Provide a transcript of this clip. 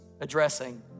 addressing